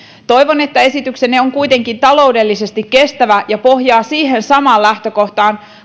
toivon että esityksenne on kuitenkin taloudellisesti kestävä ja pohjaa siihen samaan lähtökohtaan